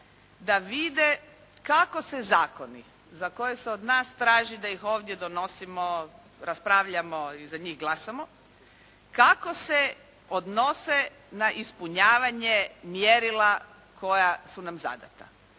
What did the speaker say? da vide kako se zakoni za koje se od nas traži da ih ovdje donosimo, raspravljamo i za njih glasamo, kako se odnose na ispunjavanje mjerila koja su nam zadata.